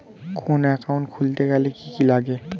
কোন একাউন্ট খুলতে গেলে কি কি লাগে?